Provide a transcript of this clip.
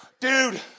Dude